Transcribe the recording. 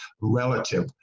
relative